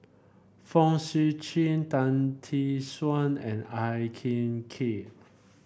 Fong Sip Chee Tan Tee Suan and Ang Hin Kee